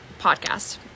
podcast